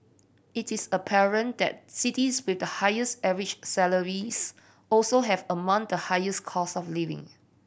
it is apparent that cities with the highest average salaries also have among the highest cost of living